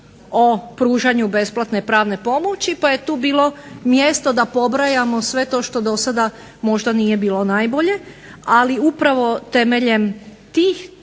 o pružanju besplatne pravne pomoći, pa je tu bilo mjesto da pobrojimo sve to što do sada možda nije bilo najbolje. Ali upravo temeljem tih